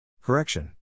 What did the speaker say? Correction